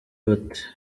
bati